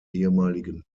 ehemaligen